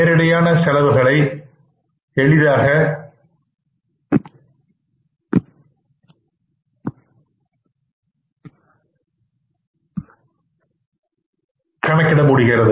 நேரிடையான செலவுகளை எளிதாக கணக்கிட முடிகிறது